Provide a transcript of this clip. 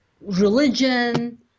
religion